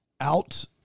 out